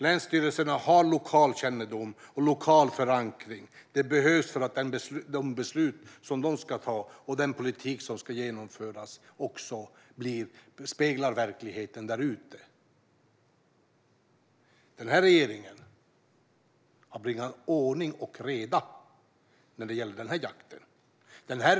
Dessa har lokal kännedom och förankring, vilket behövs för att de beslut som de ska ta och den politik som ska genomföras ska spegla verkligheten där ute. Regeringen har bringat ordning och reda när det gäller denna jakt.